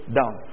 down